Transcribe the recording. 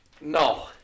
No